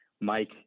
mike